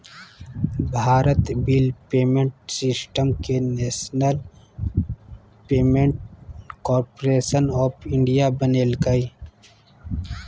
Bharat Bill Payment System के National Payments Corporation of India बनैल्कैय